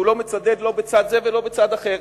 והוא לא מצדד לא בצד זה ולא בצד אחר.